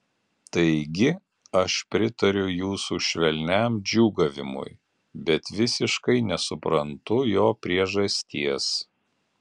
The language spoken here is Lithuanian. taigi aš pritariu jūsų švelniam džiūgavimui bet visiškai nesuprantu jo priežasties